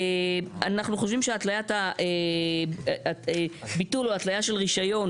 אנחנו חושבים שביטול או התלייה של רישיון